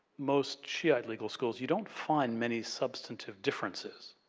most shiite legal schools you don't find many substantive differences.